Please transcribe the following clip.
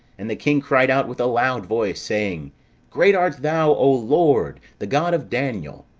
and the king cried out with a loud voice, saying great art thou, o lord, the god of daniel.